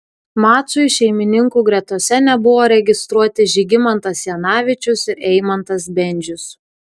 mačui šeimininkų gretose nebuvo registruoti žygimantas janavičius ir eimantas bendžius